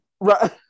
Right